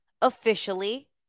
officially